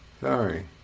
Sorry